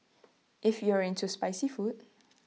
if you are into spicy food